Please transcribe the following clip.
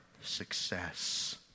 success